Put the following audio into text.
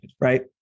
right